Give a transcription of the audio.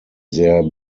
sehr